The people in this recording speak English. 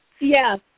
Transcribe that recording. Yes